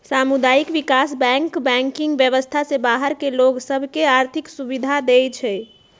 सामुदायिक विकास bank banking व्यवस्था से बाहर के लोग सभ के आर्थिक सुभिधा देँइ छै